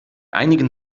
einigen